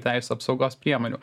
teisių apsaugos priemonių